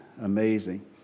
amazing